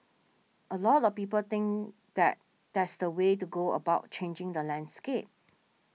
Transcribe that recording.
a lot of people think that that's the way to go about changing the landscape